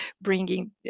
bringing